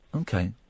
Okay